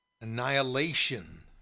annihilation